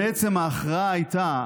בעצם ההכרעה הייתה